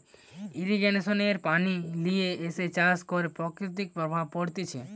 irrigation এ পানি লিয়ে এসে চাষ করে প্রকৃতির প্রভাব পড়তিছে